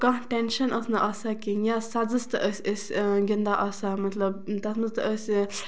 کانہہ ٹینشَن اوس نہٕ آسان کِہیٖنۍ یا سزَس تہِ ٲسۍ أسۍ گِندان آسان مطلب تَتھ منٛز تہِ ٲسۍ